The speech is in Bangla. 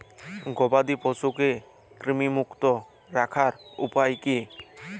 গবাদি পশুকে কৃমিমুক্ত রাখার উপায় কী?